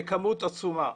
בכמות עצומה.